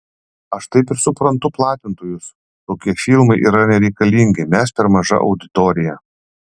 aš taip pat suprantu platintojus tokie filmai yra nereikalingi mes per maža auditorija